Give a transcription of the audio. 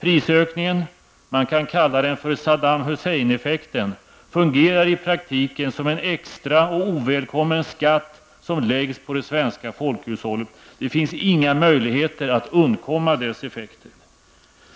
Prisökningen -- man kan kalla den för Saddam Hussein-effekten -- fungerar i praktiken som en extra och ovälkommen skatt som läggs på det svenska folkhushållet. Det finns inga möjligheter att undkomma dess effekter.